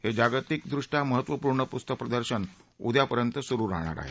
हे जागतिक दृष्टया महत्वपूर्ण पुस्तक प्रदर्शन उद्यापर्यंत सुरू राहणार आहे